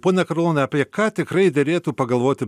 pone karlonai apie ką tikrai derėtų pagalvoti